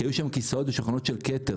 כי היו שם כיסאות ושולחנות של כתר,